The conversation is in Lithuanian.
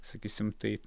sakysim tai